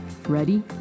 Ready